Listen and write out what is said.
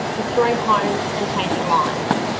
destroying homes and changing lives.